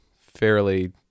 fairly